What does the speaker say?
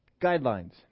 guidelines